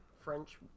French